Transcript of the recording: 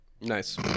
Nice